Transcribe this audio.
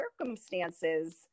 circumstances